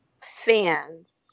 fans